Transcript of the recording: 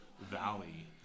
valley